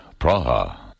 Praha